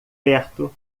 perto